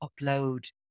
upload